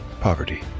poverty